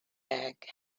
back